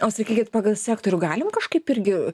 o sakykit pagal sektorių galim kažkaip irgi